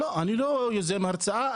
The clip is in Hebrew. אני לא יוזם הרצאה,